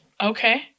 Okay